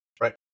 right